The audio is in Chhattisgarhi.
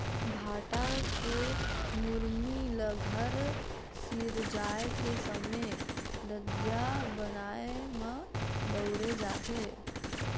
भाठा के मुरमी ल घर सिरजाए के समे रद्दा बनाए म बउरे जाथे